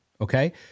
Okay